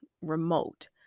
Remote